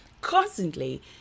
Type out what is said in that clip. constantly